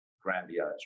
grandiose